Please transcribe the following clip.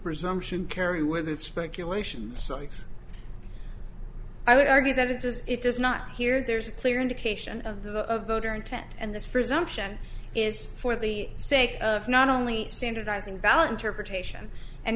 presumption carry with it's speculation so yes i would argue that it does it does not here there's a clear indication of the voter intent and this presumption is for the sake of not only standardizing valid interpretation and